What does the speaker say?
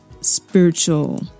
spiritual